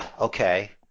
okay